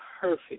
perfect